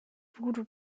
voodoo